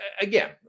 again